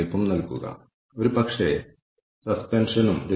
ഇതിൽ കുറവുള്ളത് നമുക്ക് നല്ലതാണ്